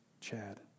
Chad